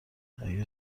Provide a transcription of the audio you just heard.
اگه